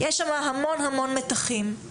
יש שם המון מתחים.